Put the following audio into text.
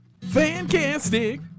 Fantastic